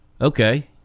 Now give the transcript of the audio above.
Okay